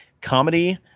comedy